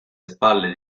spalle